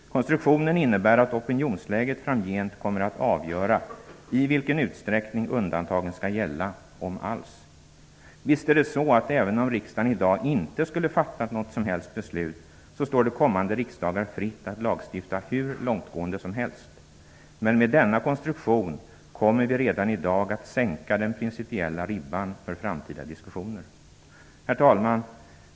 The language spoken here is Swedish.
Konstruktionen innebär att opinionsläget framgent kommer att avgöra i vilken utsträckning undantagen skall gälla -- om alls. Visst är det så, att även om riksdagen i dag inte skulle fatta något som helst beslut står det kommande riksdagar fritt att lagstifta hur långtgående som helst. Men med denna konstruktion kommer vi redan i dag att sänka den principiella ribban för framtida diskussioner. Herr talman!